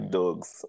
dogs